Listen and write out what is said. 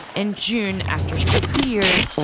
and june, after sixty years,